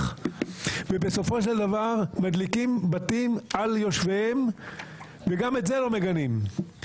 ובסופו של דבר מדליקים בתים על יושביהם וגם את זה לא מגנים.